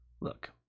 Look